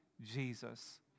Jesus